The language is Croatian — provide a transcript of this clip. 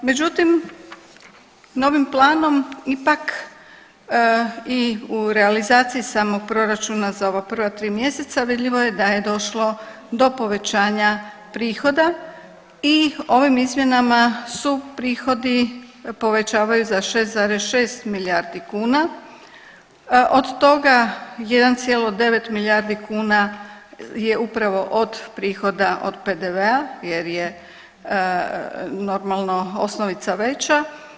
Međutim, novim planom ipak i u realizaciji samog proračuna za ova prva 3 mjeseca vidljivo je da je došlo do povećanja prihoda i ovim izmjenama su prihodi povećavaju za 6,6 milijardi kuna, od toga 1,9 milijardi kuna je upravo od prihoda od PDV-a jer je normalno osnovica veća.